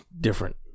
different